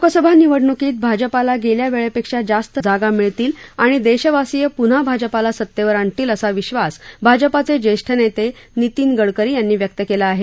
लोकसभा निवडणुकीत भाजपाला गेल्या वेळेपेक्षा जास्त जागा मिळतील आणि देशवासीय पुन्हा भाजपाला सत्तेवर आणतील असा विश्वास भाजपाचे ज्येष्ठ नमे नितीन गडकरी यांनी व्यक्त केला आहे